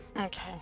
Okay